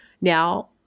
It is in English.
Now